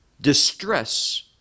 distress